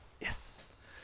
Yes